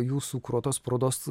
jūsų kuruotos parodos